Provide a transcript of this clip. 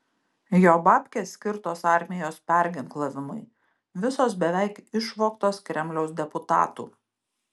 jo babkės skirtos armijos perginklavimui visos beveik išvogtos kremliaus deputatų